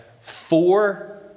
four